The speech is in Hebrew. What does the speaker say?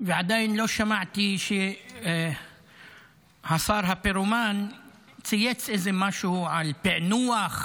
ועדיין לא שמעתי שהשר הפירומן צייץ איזה משהו על פיענוח,